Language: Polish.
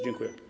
Dziękuję.